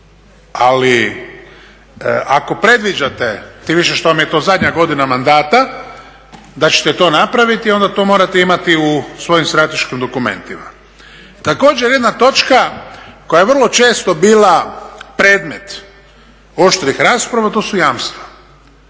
Ali ako predviđate, tim više što vam je to zadnja godina mandata da ćete to napraviti, onda to morate imati u svojim strateškim dokumentima. Također jedna točka koja je vrlo često bila predmet oštrih rasprava to su jamstva.